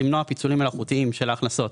למנוע פיצולים מלאכותיים של ההכנסות